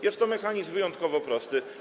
Jest to mechanizm wyjątkowo prosty.